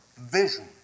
vision